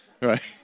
right